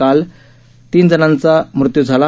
काल तीन जणांचा मृत्यू झाला